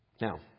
Now